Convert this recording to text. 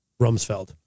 Rumsfeld